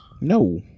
No